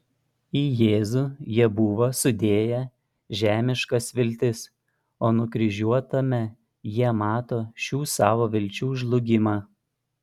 į jėzų jie buvo sudėję žemiškas viltis o nukryžiuotame jie mato šių savo vilčių žlugimą